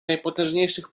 najpotężniejszych